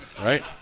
right